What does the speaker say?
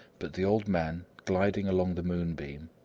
but the old man, gliding along the moonbeam,